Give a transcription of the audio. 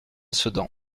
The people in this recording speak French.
sedan